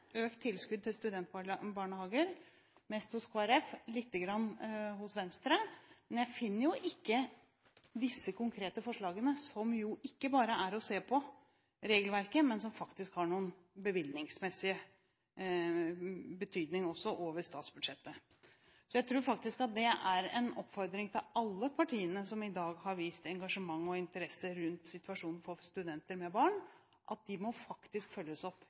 økt tilskudd til studentbarnehager, mest hos Kristelig Folkeparti, litt hos Venstre, men jeg finner ikke de konkrete forslagene, som jo ikke bare er å se på regelverket, men som faktisk har bevilgningsmessig betydning også, over statsbudsjettet. Så det er en oppfordring til alle de partiene som i dag har vist engasjement og interesse rundt situasjonen for studenter med barn, at det må faktisk følges opp med helt konkrete forslag. Da handler det ikke bare om å se på noen regelverk opp